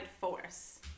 force